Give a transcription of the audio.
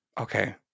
okay